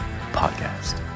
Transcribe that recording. podcast